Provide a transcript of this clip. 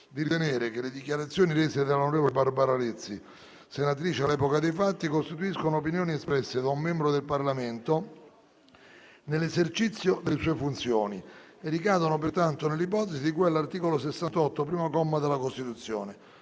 di deliberare che le dichiarazioni rese dall'onorevole Barbara Lezzi, senatrice all'epoca dei fatti, costituiscono opinioni espresse da un membro del Parlamento nell'esercizio delle sue funzioni e ricadono pertanto nell'ipotesi di cui all'articolo 68, primo comma, della Costituzione.